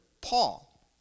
Paul